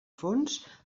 fons